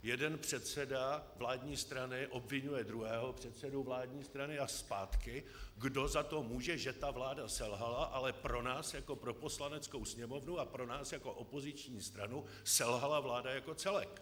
Jeden předseda vládní strany obviňuje druhého předsedu vládní strany a zpátky, kdo za to může, že vláda selhala, ale pro nás jako pro Poslaneckou sněmovnu a pro nás jako opoziční stranu selhala vláda jako celek.